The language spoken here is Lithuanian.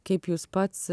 kaip jūs pats